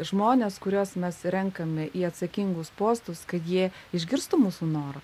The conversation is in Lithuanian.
žmonės kuriuos mes renkame į atsakingus postus kad jie išgirstų mūsų norą